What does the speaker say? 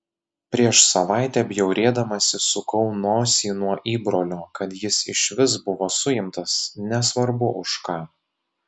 prieš savaitę bjaurėdamasi sukau nosį nuo įbrolio kad jis išvis buvo suimtas nesvarbu už ką